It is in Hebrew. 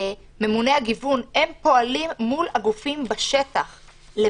ממוני הגיוון פועלים מול הגופים בשטח כדי